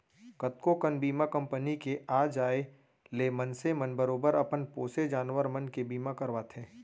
कतको कन बीमा कंपनी के आ जाय ले मनसे मन बरोबर अपन पोसे जानवर मन के बीमा करवाथें